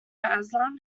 asylum